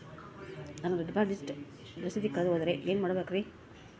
ನಾನು ಡಿಪಾಸಿಟ್ ರಸೇದಿ ಕಳೆದುಹೋದರೆ ಏನು ಮಾಡಬೇಕ್ರಿ?